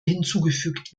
hinzugefügt